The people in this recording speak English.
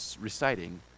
reciting